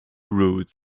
roots